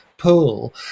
pool